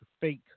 fake